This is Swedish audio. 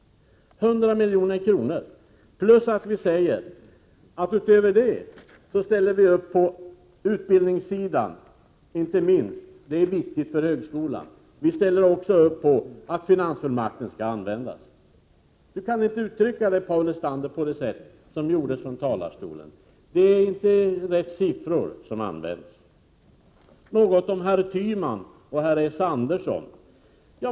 Utöver dessa 100 milj.kr. stödjer vi anslag på utbildningssidan — det är viktigt inte minst för högskolan. Vi ställer oss också bakom att finansfullmakten får användas. Detta kan inte, Paul Lestander, uttryckas på det sätt som ni gjorde här från talarstolen. Det var inte rätt siffror som nämndes. Sedan något om herr Tyman och herr S. Andersson.